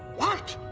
what!